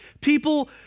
people